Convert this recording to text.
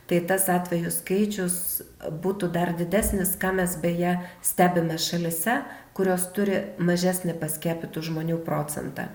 tai tas atvejų skaičius būtų dar didesnis ką mes beje stebime šalyse kurios turi mažesnį paskiepytų žmonių procentą